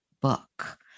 book